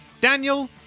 Daniel